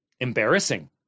embarrassing